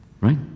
right